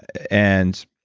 and,